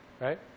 right